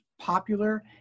popular